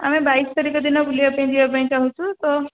ଆମେ ବାଇଶ ତାରିଖ ଦିନ ବୁଲିବା ପାଇଁ ଯିବା ପାଇଁ ଚାହୁଁଛୁ ତ